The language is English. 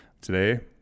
Today